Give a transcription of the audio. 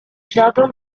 jardin